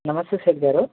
నమస్తే సేట్ గారు